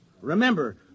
Remember